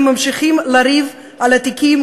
הם ממשיכים לריב על התיקים,